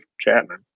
Chapman